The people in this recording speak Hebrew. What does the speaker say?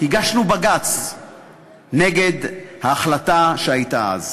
הגשנו בג"ץ נגד ההחלטה שהייתה אז,